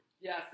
Yes